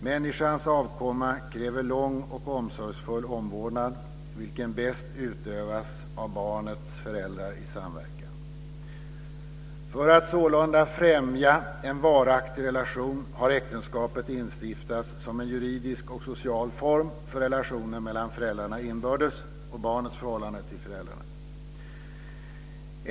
Människans avkomma kräver lång och omsorgsfull omvårdnad vilken bäst utövas av barnets föräldrar i samverkan. För att sålunda främja en varaktig relation har äktenskapet instiftats som en juridisk och social form för relationen mellan föräldrarna inbördes och barnets förhållande till föräldrarna.